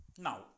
Now